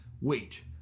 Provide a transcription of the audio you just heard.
wait